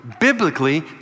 biblically